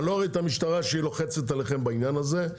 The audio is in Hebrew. אני לא רואה את המשטרה שהיא לוחצת עליכם בעניין הזה.